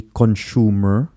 consumer